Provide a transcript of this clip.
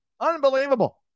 Unbelievable